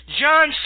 John